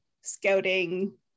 scouting